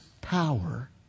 power